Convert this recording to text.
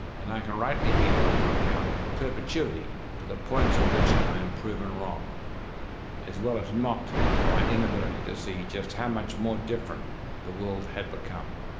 and i can rightly be held to account in perpetuity for the points on which i am proven wrong as well as mocked for my inability to see just how much more different the world had become.